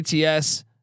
ATS